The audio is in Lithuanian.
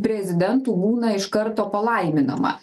prezidentų būna iš karto palaiminama